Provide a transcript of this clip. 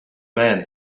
man